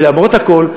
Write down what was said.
ולמרות הכול,